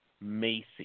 Macy